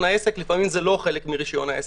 מרשיון העסק לפעמים זה לא חלק מרשיון העסק.